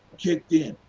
kicked in.